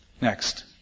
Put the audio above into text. Next